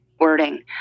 Wording